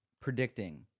predicting